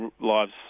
lives